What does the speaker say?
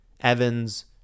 Evans